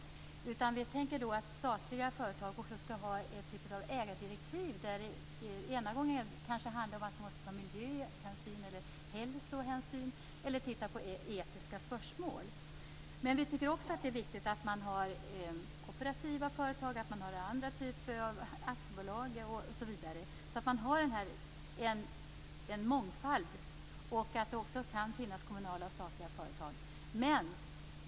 Vi tänker oss i stället att statliga företag skall ha en typ av ägardirektiv. Ena gången kan det handla om att man måste ta miljöhänsyn, andra gånger kan det gälla hälsohänsyn eller etiska spörsmål. Vi tycker också att det är viktigt med kooperativa företag, aktiebolag osv. så att man har en mångfald, där det också kan finnas kommunala och statliga företag.